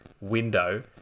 window